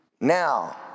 Now